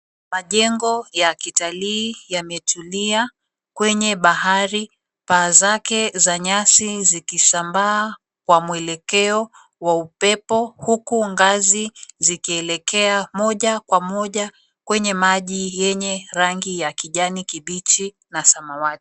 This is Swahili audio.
Majengo ya kitalii yametulia kwenye bahari, paa zake za nyasi zikisambaa kwa mwelekeo wa upepo huku ngazi zikielekea moja kwa moja kwenye maji yenye rangi ya kijani kibichi na samawati.